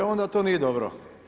E onda to nije dobro.